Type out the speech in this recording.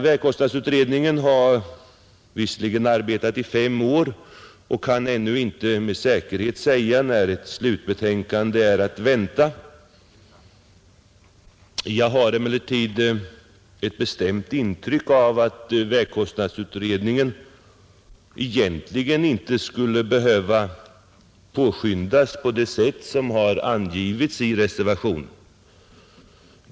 Vägkostnadsutredningen har visserligen arbetat i fem år och kan ännu inte med säkerhet säga när ett slutbetänkande är att vänta, men jag har ett bestämt intryck av att utredningen egentligen inte skulle behöva påskyndas på det sätt som angivits i reservationen.